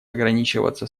ограничиваться